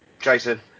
Jason